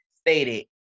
stated